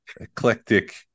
eclectic